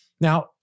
Now